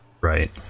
right